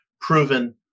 proven